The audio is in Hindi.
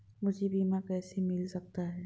मुझे बीमा कैसे मिल सकता है?